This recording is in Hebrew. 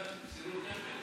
במסירות נפש.